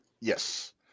Yes